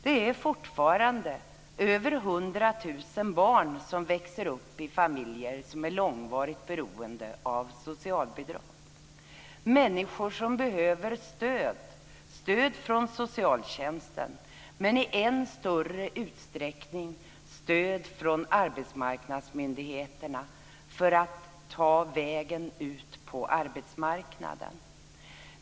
Det är fortfarande över 100 000 barn som växer upp i familjer som är långvarigt beroende av socialbidrag, människor som behöver stöd - stöd från socialtjänsten, men i än större utsträckning stöd från arbetsmarknadsmyndigheterna för att ta vägen ut på arbetsmarknaden.